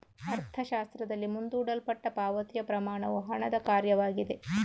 ಅರ್ಥಶಾಸ್ತ್ರದಲ್ಲಿ, ಮುಂದೂಡಲ್ಪಟ್ಟ ಪಾವತಿಯ ಪ್ರಮಾಣವು ಹಣದ ಕಾರ್ಯವಾಗಿದೆ